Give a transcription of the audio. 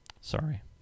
Sorry